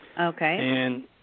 Okay